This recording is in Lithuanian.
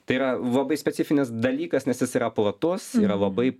tai yra labai specifinis dalykas nes jis yra platus yra labai